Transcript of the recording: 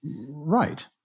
Right